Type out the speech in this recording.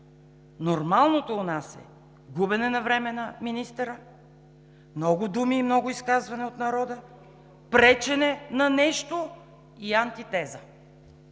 нормалното у нас е: губене на времето на министъра, много думи и много изказвания от народа, пречене на нещо и антитеза.